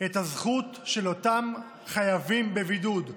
את הזכות של אותם חייבים בבידוד,